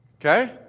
Okay